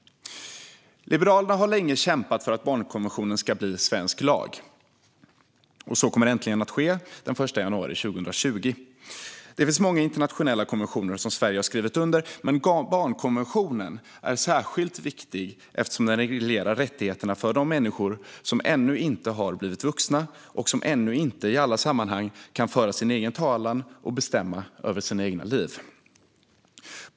Liberalerna har länge kämpat för att barnkonventionen ska bli svensk lag, och så kommer äntligen att ske den 1 januari 2020. Det finns många internationella konventioner som Sverige har skrivit under, men barnkonventionen är särskilt viktig eftersom den reglerar rättigheterna för de människor som ännu inte har blivit vuxna och ännu inte i alla sammanhang kan föra sin egen talan och bestämma över sina egna liv.